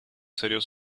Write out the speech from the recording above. serio